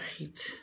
right